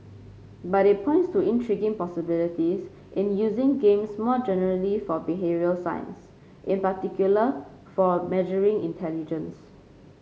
but it points to intriguing possibilities in using games more generally for behavioural science in particular for measuring intelligence